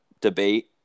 debate